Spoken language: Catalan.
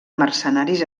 mercenaris